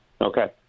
Okay